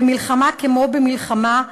במלחמה כמו במלחמה,